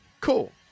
Cool